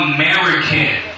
American